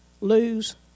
lose